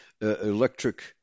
electric